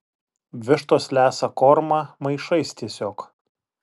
vištos lesa kormą maišais tiesiog